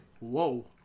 Whoa